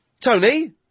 Tony